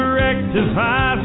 rectify